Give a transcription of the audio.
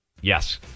Yes